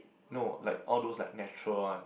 no like all those like natural one